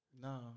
No